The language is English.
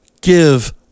give